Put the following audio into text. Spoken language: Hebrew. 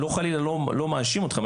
לא חלילה לא מאשים אתכם.